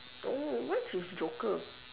no what's with joker